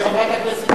חברת הכנסת,